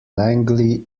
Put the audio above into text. langley